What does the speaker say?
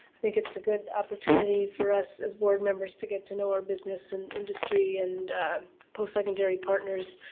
i think it's a good opportunity for us, as board members, to get to know our business and industry and post-secondary partners,